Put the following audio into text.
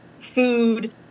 food